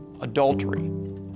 adultery